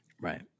Right